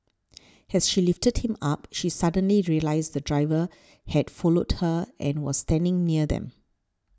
as she lifted him up she suddenly realised the driver had followed her and was standing near them